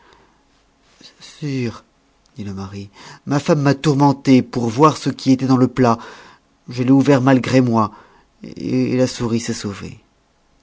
dit le mari ma femme m'a tourmenté pour voir ce qui était dans le plat je l'ai ouvert malgré moi et la souris s'est sauvée